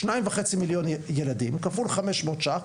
2.5 מיליון ילדים כפול 500 ש"ח,